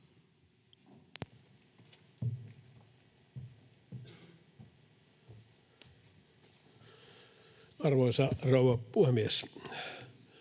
Arvoisa rouva puhemies!